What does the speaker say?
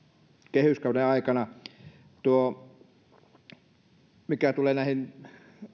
kehyskauden aikana mitä tulee näihin